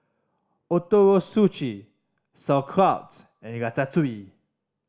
Ootoro Sushi Sauerkraut and Ratatouille